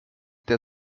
der